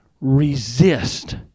resist